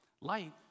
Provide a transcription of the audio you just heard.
Light